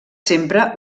sempre